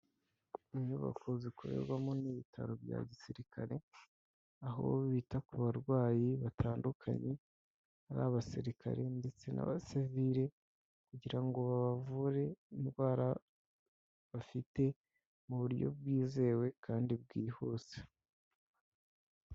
Inyubako zikorerwamo n'ibitaro bya gisirikare, aho bita ku barwayi batandukanye, ari abasirikare ndetse n'abasiviri, kugira ngo babavure indwara bafite, mu buryo bwizewe kandi bwihuse.